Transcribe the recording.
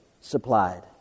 supplied